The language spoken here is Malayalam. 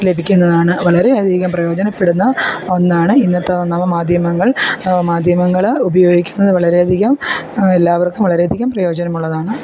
ലഭിക്കുന്നതാണ് വളരെയധികം പ്രയോജനപ്പെടുന്ന ഒന്നാണ് ഇന്നത്തെ നവമാധ്യമങ്ങൾ നവമാധ്യമങ്ങൾ ഉപയോഗിക്കുന്നത് വളരെയധികം എല്ലാവർക്കും വളരെയധികം പ്രയോജനമുള്ളതാണ്